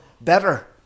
better